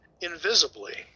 invisibly